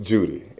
Judy